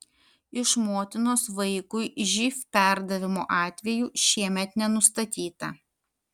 iš motinos vaikui živ perdavimo atvejų šiemet nenustatyta